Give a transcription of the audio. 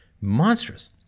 monstrous